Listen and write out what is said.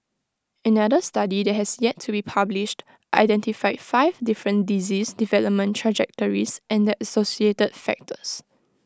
another study that has yet to be published identified five different disease development trajectories and the associated factors